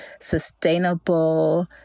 sustainable